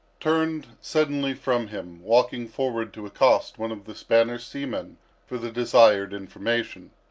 turned suddenly from him, walking forward to accost one of the spanish seamen for the desired information.